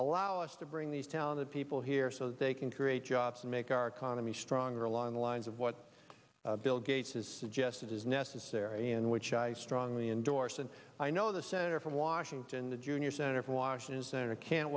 allow us to bring these talented people here so they can create jobs and make our economy stronger along the lines of what bill gates has suggested is necessary and which i strongly endorse and i know the senator from washington the junior senator from washington senator